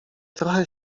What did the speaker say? trochę